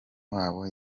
wabo